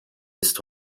ist